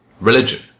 religion